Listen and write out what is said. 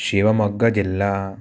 शिवमोग्गजिल्ला